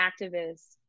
activists